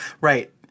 Right